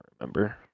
remember